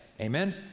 Amen